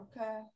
Okay